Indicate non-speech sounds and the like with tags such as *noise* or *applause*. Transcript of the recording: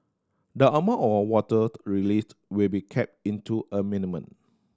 the amount of water released will be kept into a mini *unintelligible*